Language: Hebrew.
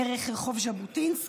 דרך רחוב ז'בוטינסקי?